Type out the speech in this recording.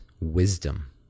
wisdom